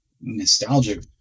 nostalgic